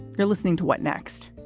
you're listening to what next.